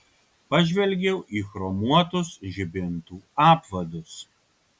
pažvelgiau į chromuotus žibintų apvadus